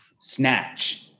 snatch